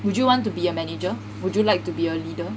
would you want to be a manager would you like to be a leader